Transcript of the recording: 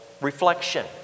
reflection